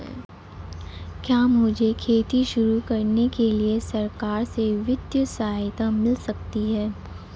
क्या मुझे खेती शुरू करने के लिए सरकार से वित्तीय सहायता मिल सकती है?